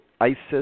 isis